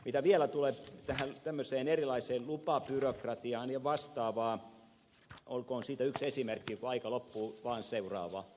mitä vielä tulee tähän tämmöiseen erilaiseen lupabyrokratiaan ja vastaavaan olkoon siitä yksi esimerkki kun aika loppuu vaan seuraava